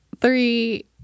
three